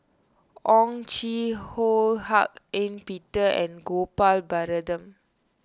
Owyang Chi Ho Hak Ean Peter and Gopal Baratham